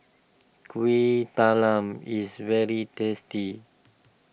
Kueh Talam is very tasty